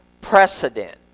precedent